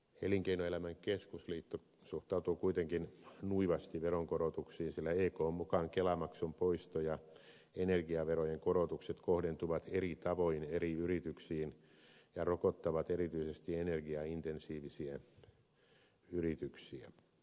elinkeinoelämän keskusliitto suhtautuu kuitenkin nuivasti veronkorotuksiin sillä ekn mukaan kelamaksun poisto ja energiaverojen korotukset kohdentuvat eri tavoin eri yrityksiin ja rokottavat erityisesti energiaintensiivisiä yrityksiä